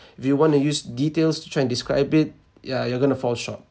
if you want to use details to try and describe it yeah you're going to fall shock